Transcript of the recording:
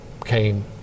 came